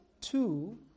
two